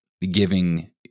giving